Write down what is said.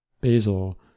Basil